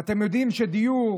ואתם יודעים שדיור,